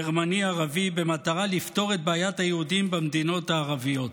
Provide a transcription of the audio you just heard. גרמני-ערבי במטרה לפתור את בעיית היהודים במדינות הערביות.